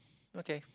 okay